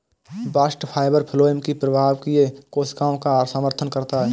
bast fibre phloem की प्रवाहकीय कोशिकाओं का समर्थन करता है